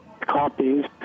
copies